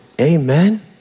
Amen